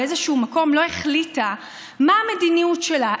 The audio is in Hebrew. באיזשהו מקום לא החליטה מה המדיניות שלה,